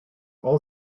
all